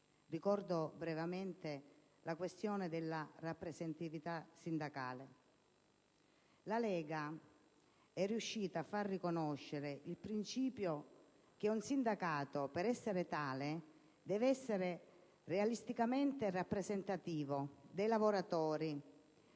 ricordo brevemente la questione della rappresentatività sindacale. La Lega è riuscita a far riconoscere il principio che un sindacato, per essere tale, deve essere realisticamente rappresentativo dei lavoratori,